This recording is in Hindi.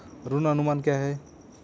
ऋण अनुमान क्या है?